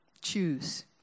choose